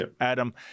Adam